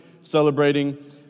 celebrating